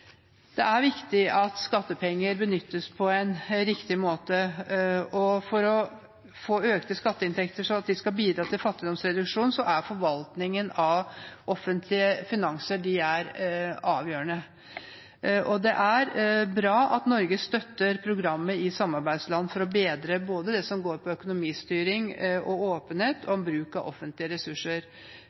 riktig måte. For å få økte skatteinntekter slik at det skal bidra til fattigdomsreduksjon, er forvaltningen av offentlige finanser avgjørende. Det er bra at Norge støtter programmet i samarbeidsland for å bedre det som går på både økonomistyring og åpenhet om bruk av offentlige ressurser.